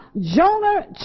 Jonah